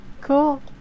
Cool